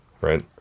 right